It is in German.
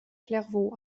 clairvaux